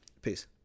peace